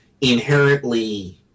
inherently